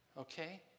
okay